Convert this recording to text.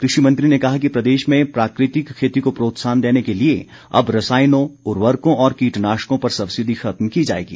कृषि मंत्री ने कहा कि प्रदेश में प्राकृतिक खेती को प्रोत्साहन देने के लिए अब रसायनों उर्वरकों और कीटनाशकों पर सब्सिडी खत्म की जाएगी